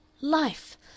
Life